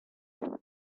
future